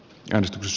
näin stx